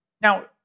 Now